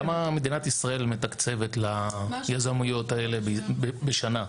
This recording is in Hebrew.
כמה מדינת ישראל מתקצבת ליזמויות האלה בשנה?